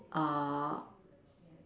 uh